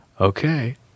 Okay